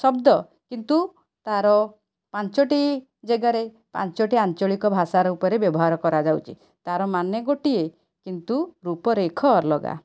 ଶବ୍ଦ କିନ୍ତୁ ତାର ପାଞ୍ଚଟି ଜାଗାରେ ପାଞ୍ଚଟି ଆଞ୍ଚଳିକ ଭାଷା ରୂପରେ ବ୍ୟବହାର କରାଯାଉଛି ତାର ମାନେ ଗୋଟିଏ କିନ୍ତୁ ରୂପରେଖ ଅଲଗା